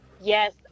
Yes